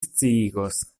sciigos